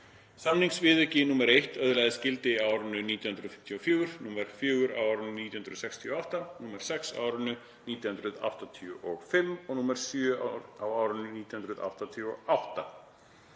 Samningsviðauki nr. 1 öðlaðist gildi á árinu 1954, nr. 4 á árinu 1968, nr. 6 á árinu 1985 og nr. 7 á árinu 1988.